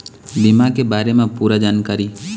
बीमा के बारे म पूरा जानकारी?